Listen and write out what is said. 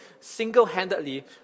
single-handedly